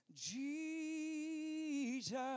Jesus